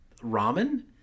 ramen